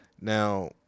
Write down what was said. Now